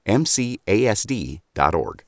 mcasd.org